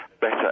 better